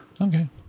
Okay